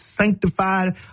sanctified